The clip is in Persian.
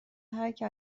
هرکی